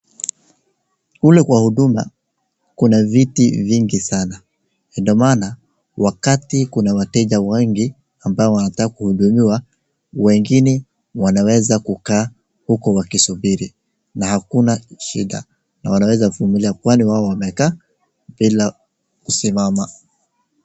Kule kwa Huduma kuna viti vingi sana na ndiyo maana wakati kuna wateja wengi ambaye wanataka kuhudumiwa wengine wanaweza kukaa huku wakisubiri na hakuna shida na wanaweza vumilia kwani wao wamekaa bila kusimama.